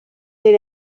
des